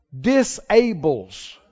disables